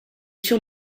sur